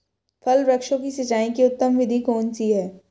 फल वृक्षों की सिंचाई की उत्तम विधि कौन सी है?